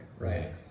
right